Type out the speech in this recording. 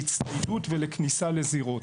להצטיידות ולכניסה לזירות.